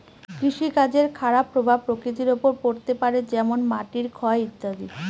কৃষিকাজের খারাপ প্রভাব প্রকৃতির ওপর পড়তে পারে যেমন মাটির ক্ষয় ইত্যাদি